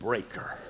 Breaker